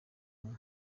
umwe